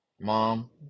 mom